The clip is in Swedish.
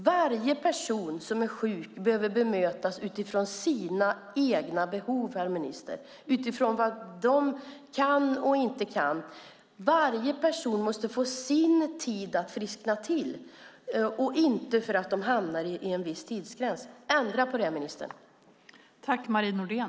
Varje person som är sjuk behöver bemötas utifrån sina egna behov, herr minister, utifrån vad de kan och inte kan. Varje person måste få sin tid att friska till - inte för att de hamnar utanför en viss tidsgräns! Ändra på det, ministern!